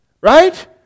Right